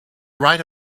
write